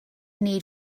need